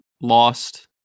Lost